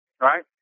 Right